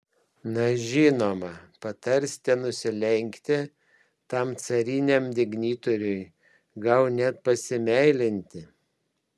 na žinoma patarsite nusilenkti tam cariniam dignitoriui gal net pasimeilinti